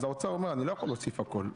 אז האוצר אומר אני לא יכול להוסיף הכול.